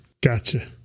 gotcha